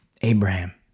Abraham